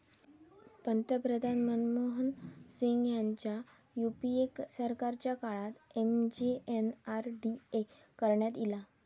पंतप्रधान मनमोहन सिंग ह्यांच्या यूपीए सरकारच्या काळात एम.जी.एन.आर.डी.ए करण्यात ईला